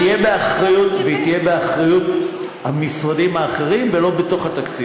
והיא תהיה באחריות המשרדים האחרים ולא בתוך התקציב.